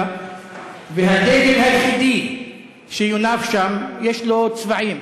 כיבוש של 67'. והדגל היחיד שיונף שם, יש לו צבעים: